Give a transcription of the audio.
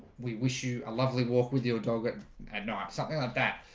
we wish you a lovely walk with your dog and know something like that.